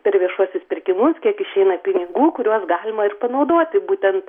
per viešuosius pirkimus kiek išeina pinigų kuriuos galima ir panaudoti būtent